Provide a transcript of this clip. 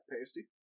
Pasty